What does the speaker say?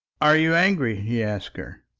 are you angry? he asked her.